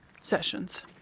sessions